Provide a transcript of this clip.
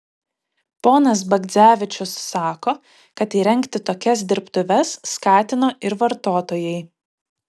ponas bagdzevičius sako kad įrengti tokias dirbtuves skatino ir vartotojai